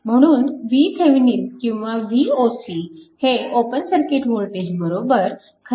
म्हणून VThevenin किंवा Voc हे ओपन सर्किट वोल्टेज खरेतर V12